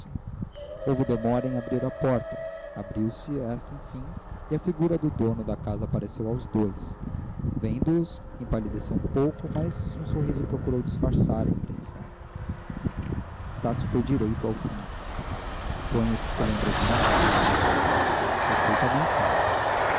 houve demora em abrir a porta abriu-se esta enfim e a figura do dono da casa apareceu aos dois vendo-os empalideceu um pouco mas um sorriso procurou disfarçar a impressão estácio foi direito ao fim suponho que se lembra de mim disse ele perfeitamente